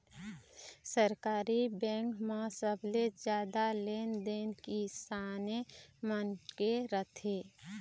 सहकारी बेंक म सबले जादा लेन देन किसाने मन के रथे